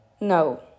No